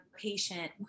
patient